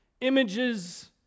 Images